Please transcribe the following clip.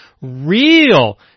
real